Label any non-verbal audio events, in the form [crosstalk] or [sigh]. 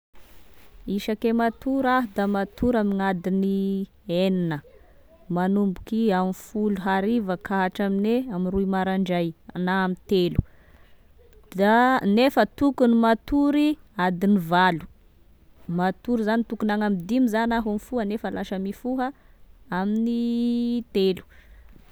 Isake matory ah da matory amina adiny [hesitation] enina, manomboky amy folo hariva ka hatramine amy roy maraindray na amy telo, za, nefa tokony matory adiny valo, matory zany tokony agny amy dimy zany aho mifoha nefa lasa mifoha amin'ny [hesitation] telo.